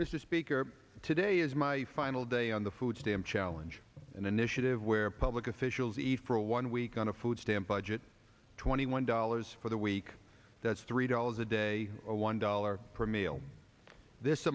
mr speaker today is my final day on the food stamp challenge an initiative where public officials the for one week and a few stamp budget twenty one dollars for the week that's three dollars a day or one dollar per meal this